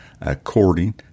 according